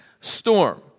storm